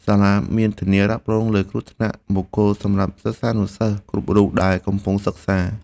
សាលាមានធានារ៉ាប់រងលើគ្រោះថ្នាក់បុគ្គលសម្រាប់សិស្សានុសិស្សគ្រប់រូបដែលកំពុងសិក្សា។